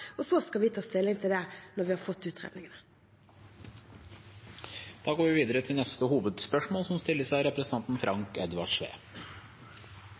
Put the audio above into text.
Så skal vi ta stilling til det når vi har fått utredningene. Vi går videre til neste hovedspørsmål. Eg har gleda av